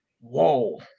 whoa